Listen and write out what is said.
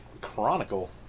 Chronicle